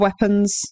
weapons